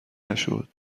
نشد